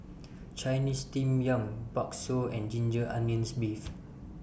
Chinese Steamed Yam Bakso and Ginger Onions Beef